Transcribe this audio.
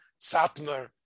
Satmar